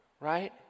Right